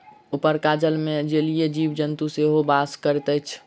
उपरका जलमे जलीय जीव जन्तु सेहो बास करैत अछि